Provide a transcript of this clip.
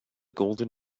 golden